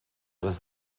was